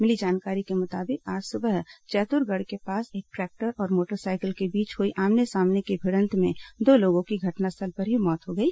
मिली जानकारी के मुताबिक आज सुबह चैतुरगढ़ के पास एक ट्रैक्टर और मोटरसाइकिल के बीच हुई आमने सामने की भिडंत में दो लोगों की घटनास्थल पर ही मौत हो गई